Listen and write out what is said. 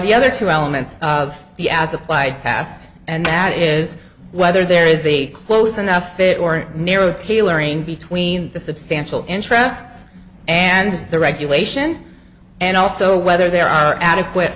the other two elements of the as applied test and that is whether there is a close enough fit or a narrow tailoring between the substantial interests and the regulation and also whether there are adequate